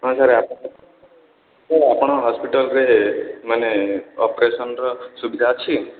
ହଁ sir sir ଆପଣ ହସ୍ପିଟାଲ୍ରେ ମାନେ ଅପରେସନ୍ର ସୁବିଧା ଅଛି